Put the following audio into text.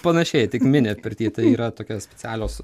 panašiai tik mini pirty tai yra tokios specialios